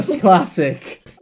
classic